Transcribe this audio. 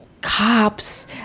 cops